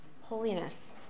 holiness